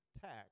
tax